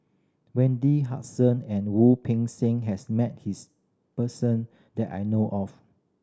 Wendy and Wu Peng Seng has met this person that I know of